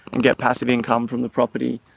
and get passive income from the property.